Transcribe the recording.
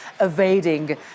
evading